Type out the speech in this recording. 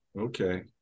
Okay